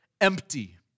empty